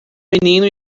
menino